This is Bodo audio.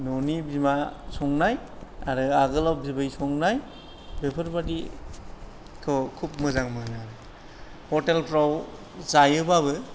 न'नि बिमा संनाय आरो आगोलाव बिबै संनाय बेफोरबादिखौ खुब मोजां मोनो हटेलफ्राव जायोबाबो